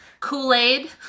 Kool-Aid